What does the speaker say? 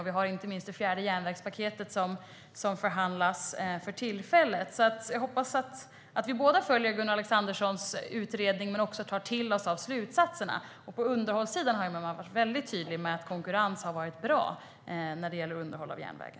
Vi har inte minst det fjärde järnvägspaket som förhandlas för tillfället. Jag hoppas att vi båda följer Gunnar Alexanderssons utredning men också tar till oss av slutsatserna. Han har varit tydlig med att konkurrens har varit bra när det gäller underhåll av järnvägen.